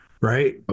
right